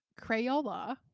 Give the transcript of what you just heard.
Crayola